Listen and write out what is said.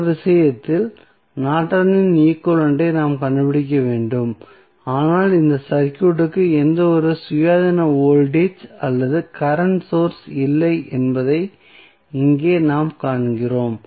இந்த விஷயத்தில் நார்டனின் ஈக்வலன்ட் ஐ நாம் கண்டுபிடிக்க வேண்டும் ஆனால் இந்த சர்க்யூட்க்கு எந்தவொரு சுயாதீன வோல்டேஜ் அல்லது கரண்ட் சோர்ஸ் இல்லை என்பதை இங்கே நாம் காண்கிறோம்